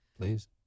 Please